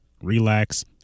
relax